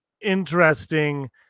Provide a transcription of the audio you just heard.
interesting